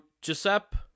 Giuseppe